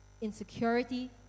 insecurity